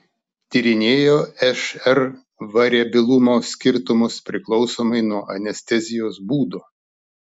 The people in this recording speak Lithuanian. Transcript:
tyrinėjo šr variabilumo skirtumus priklausomai nuo anestezijos būdo